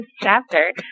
chapter